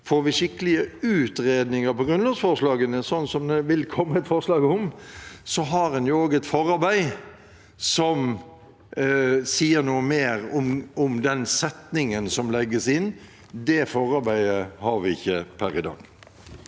Får vi skikkelige utredninger av grunnlovsforslagene, slik det vil komme et forslag om – et forarbeid, som sier noe mer om den setningen som legges inn? Det forarbeidet har vi ikke per i dag.